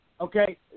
Okay